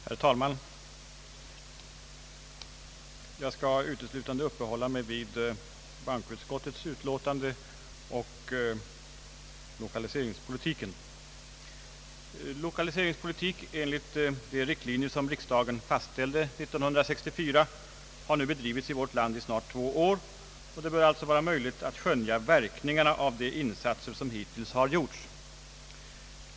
Herr talman! Jag skall uteslutande uppehålla mig vid bankoutskottets utlåtande om lokaliseringspolitiken. Lokaliseringspolitik enligt de riktlinjer som riksdagen fastställde 1964 har nu bedrivits i vårt land i snart två år, och det bör alltså vara möjligt att skönja verkningarna av de insatser som hittills har gjorts.